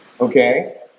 okay